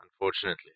unfortunately